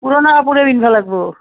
পুৰণা কাপোৰেই পিন্ধব লাগিব